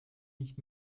nicht